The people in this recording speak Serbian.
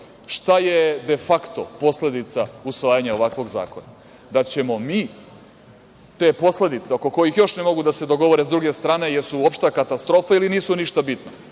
je „de fakto“ posledica usvajanje ovakvog zakona? Da ćemo mi te posledice oko kojih još ne mogu da se dogovore, jer su opšta katastrofa ili nisu ništa bitno.